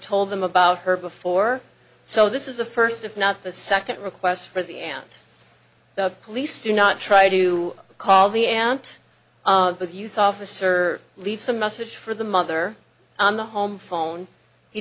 told them about her before so this is the first if not the second request for the aunt the police to not try to call the aunt but you saw officer leave some message for the mother on the home phone he